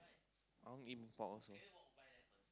I wanna eat mee-pok also